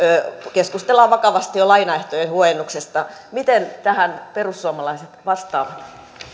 keskustellaan vakavasti jo lainaehtojen huojennuksesta miten tähän perussuomalaiset vastaavat